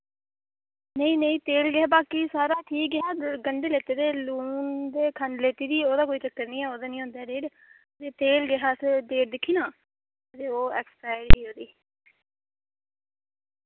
नेईं नेईं तेल गै हा बाकि सारा ठीक ऐ गंढे लैते दे लून ते खंड लेती दी ओह्दा कोई चक्कर नि ऐ ओह्दा नि होंदा ऐ डेट फिर तेल जिल्लै अस डेट दिक्खी ना ते ओ एक्सपाइर ही ओह्दी